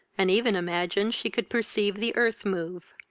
and even imagined she could perceive the earth move